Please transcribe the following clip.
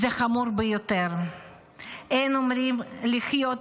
זה חמור ביותר.